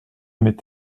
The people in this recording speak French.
m’est